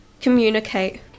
communicate